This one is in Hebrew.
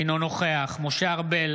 אינו נוכח משה ארבל,